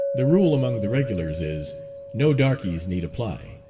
the rule among the regulars is no darkeys need apply.